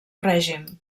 règim